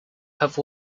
have